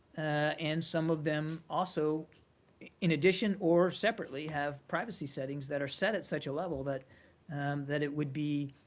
and some of them also in addition or separately have privacy settings that are set at such a level that that it would be